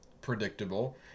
predictable